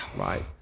Right